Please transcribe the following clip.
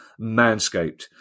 Manscaped